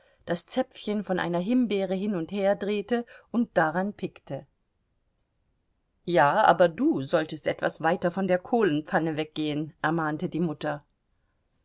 das zäpfchen von einer himbeere hin und her drehte und daran pickte ja aber du solltest etwas weiter von der kohlenpfanne weggehen ermahnte die mutter